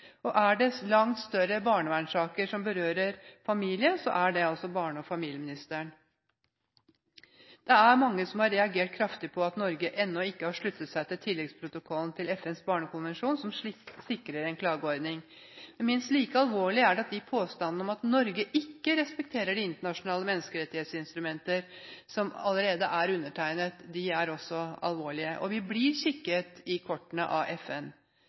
Er det langt større barnevernssaker som berører familier, er det altså til barne- og familieministeren. Det er mange som har reagert kraftig på at Norge ennå ikke har sluttet seg til tilleggsprotokollen til FNs barnekonvensjon, som sikrer en klageordning. Minst like alvorlig er påstandene om at Norge ikke respekterer de internasjonale menneskerettighetsinstrumenter som allerede er undertegnet – de er også alvorlige. Vi blir kikket i kortene av FN.